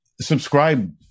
subscribe